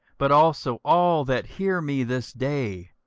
but also all that hear me this day,